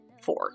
four